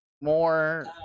more